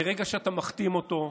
מהרגע שאתה מכתים אותו,